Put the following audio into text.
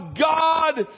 God